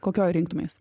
kokioj rinktumeis